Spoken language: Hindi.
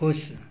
ख़ुश